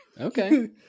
Okay